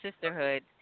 sisterhood